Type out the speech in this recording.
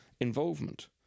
involvement